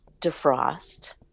defrost